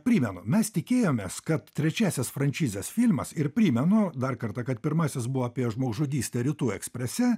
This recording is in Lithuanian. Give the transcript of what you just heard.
primenu mes tikėjomės kad trečiasis frančizės filmas ir primenu dar kartą kad pirmasis buvo apie žmogžudystę rytų eksprese